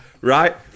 right